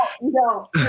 No